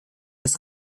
des